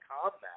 combat